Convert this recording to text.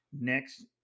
next